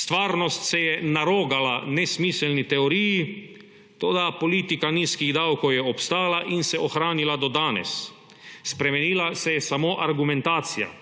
stvarnost se je narogala nesmiselni teoriji, toda politika nizkih davkov je obstala in se ohranila do danes. Spremenila se je samo argumentacija.